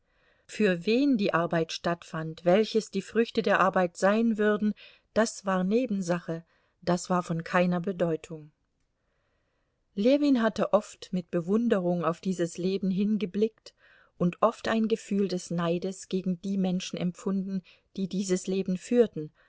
für wen die arbeit stattfand welches die früchte der arbeit sein würden das war nebensache das war von keiner bedeutung ljewin hatte oft mit bewunderung auf dieses leben hingeblickt und oft ein gefühl des neides gegen die menschen empfunden die dieses leben führten